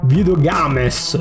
Videogames